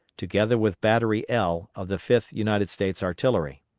together with battery l of the fifth united states artillery.